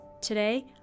Today